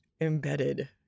embedded